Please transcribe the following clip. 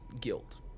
guilt